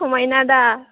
समायना दा